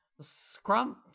Scrum